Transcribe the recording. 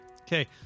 Okay